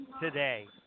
today